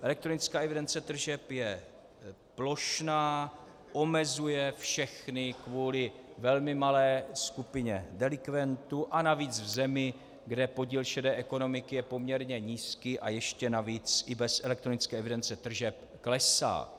Elektronická evidence tržeb je plošná, omezuje všechny kvůli velmi malé skupině delikventů a navíc v zemi, kde podíl šedé ekonomiky je poměrně nízký a ještě navíc i bez elektronické evidence tržeb klesá.